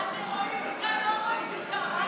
מה שרואים מכאן לא רואים משם.